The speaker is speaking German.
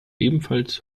ebenfalls